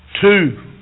Two